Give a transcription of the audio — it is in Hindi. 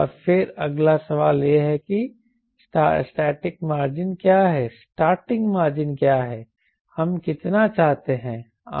और फिर अगला सवाल यह है कि स्टार्टिंग मार्जिन क्या है हम कितना चाहते हैं